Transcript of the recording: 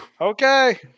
Okay